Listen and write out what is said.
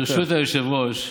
ברשות היושב-ראש,